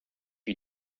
you